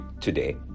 today